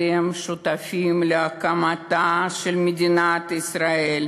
אתם שותפים להקמתה של מדינת ישראל,